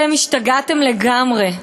אתם השתגעתם לגמרי.